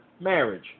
marriage